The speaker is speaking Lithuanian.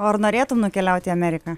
o ar norėtum nukeliauti į ameriką